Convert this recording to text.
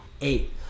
eight